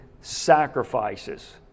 sacrifices